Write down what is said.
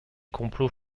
complots